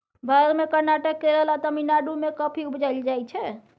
भारत मे कर्नाटक, केरल आ तमिलनाडु मे कॉफी उपजाएल जाइ छै